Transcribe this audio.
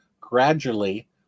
gradually